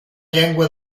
llengua